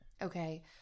Okay